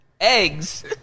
Eggs